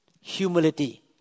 Humility